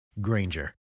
Granger